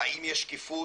האם יש שקיפות,